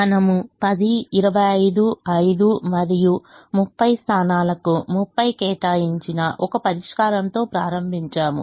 మనము 10 25 5 మరియు 30 స్థానాలకు 30 కేటాయించిన ఒక పరిష్కారంతో ప్రారంభించాము